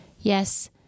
Yes